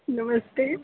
नमस्ते